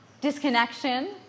Disconnection